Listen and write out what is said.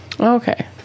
Okay